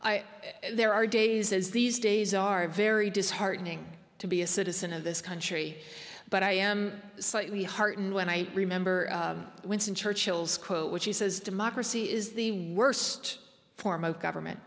i there are days as these days are very disheartening to be a citizen of this country but i am slightly heartened when i remember winston churchill's quote which he says democracy is the worst form of government